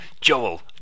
Joel